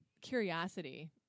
curiosity